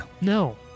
No